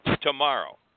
Tomorrow